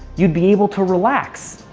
you'd be able to relax.